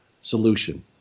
solution